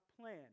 plan